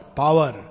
power